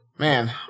Man